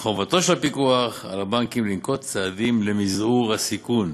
מחובתו של הפיקוח על הבנקים לנקוט צעדים למזעור הסיכון.